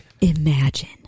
Imagine